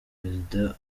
prezida